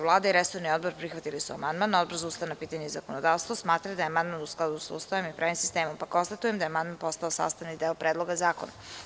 Vlada i resorni odbor prihvatili su amandman, a Odbor za ustavna pitanja i zakonodavstvo smatraju da je amandman u skladu sa Ustavom i pravnim sistemom, pa konstatujem da je amandman postao sastavni deo Predloga zakona.